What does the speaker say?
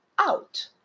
out